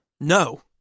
No